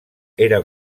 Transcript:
era